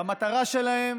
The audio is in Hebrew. והמטרה שלהם